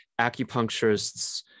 acupuncturists